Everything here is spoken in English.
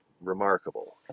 remarkable